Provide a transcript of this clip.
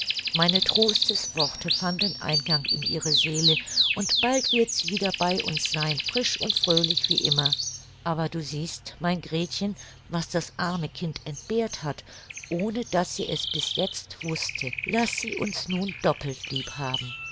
meine trostesworte fanden eingang in ihre seele und bald wird sie wieder bei uns sein frisch und fröhlich wie immer aber du siehst mein gretchen was das arme kind entbehrt hat ohne daß sie es bis jetzt wußte laß sie uns nun doppelt lieb haben